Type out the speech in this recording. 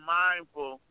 mindful